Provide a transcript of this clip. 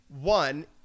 One